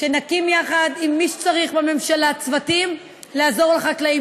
שנקים יחד עם מי שצריך בממשלה צוותים לעזור לחקלאים,